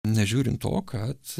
nežiūrint to kad